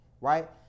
right